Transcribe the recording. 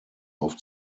auf